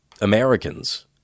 Americans